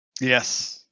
yes